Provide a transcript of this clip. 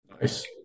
Nice